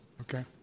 Okay